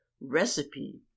recipe